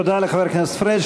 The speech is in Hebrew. תודה לחבר הכנסת פריג'.